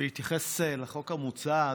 בהתייחס לחוק המוצע,